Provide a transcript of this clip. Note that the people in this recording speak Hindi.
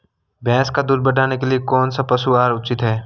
भैंस का दूध बढ़ाने के लिए कौनसा पशु आहार उचित है?